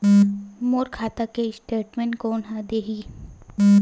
मोर खाता के स्टेटमेंट कोन ह देही?